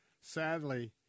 Sadly